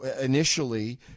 initially